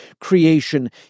creation